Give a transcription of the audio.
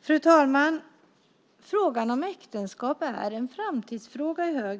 Fru talman! Frågan om äktenskap är i hög grad en framtidsfråga.